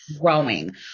growing